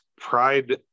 pride